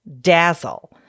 dazzle